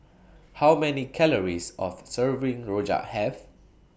How Many Calories of Serving Rojak Have